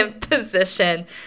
position